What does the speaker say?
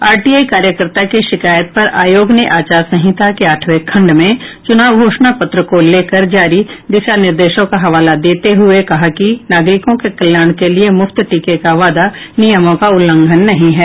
RTI कार्यकर्ता की शिकायत पर आयोग ने आचार संहिता के आठवें खंड में चुनाव घोषणा पत्र को लेकर जारी दिशा निर्देशों का हवाला देते हुये कहा कि नागरिकों के कल्याण के लिये मुफ्त टीके का वादा नियमों का उल्लंघन नहीं है